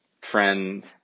friend